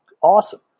awesome